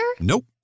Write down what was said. Nope